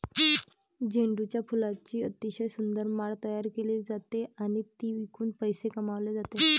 झेंडूच्या फुलांची अतिशय सुंदर माळ तयार केली जाते आणि ती विकून पैसे कमावले जातात